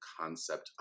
concept